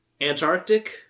Antarctic